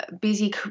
busy